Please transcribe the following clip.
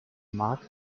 mark